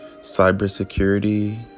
cybersecurity